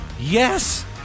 Yes